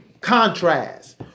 contrast